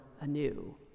anew